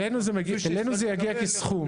אלינו זה יגיע כסכום.